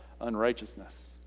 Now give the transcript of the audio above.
unrighteousness